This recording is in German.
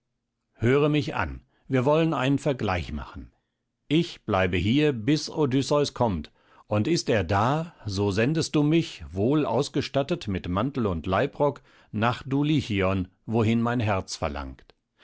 höre mich an wir wollen einen vergleich machen ich bleibe hier bis odysseus kommt und ist er da so sendest du mich wohl ausgestattet mit mantel und leibrock nach dulichion wohin mein herz verlangt